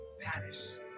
Paris